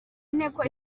nteko